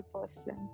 person